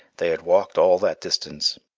they had walked all that distance,